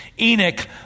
Enoch